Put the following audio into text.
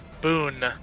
Boon